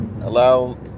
Allow